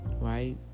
Right